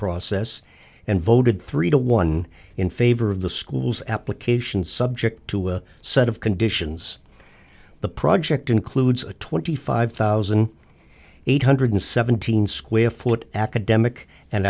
process and voted three to one in favor of the school's application subject to a set of conditions the project includes a twenty five thousand eight hundred seventeen square foot academic and